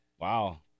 Wow